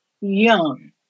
young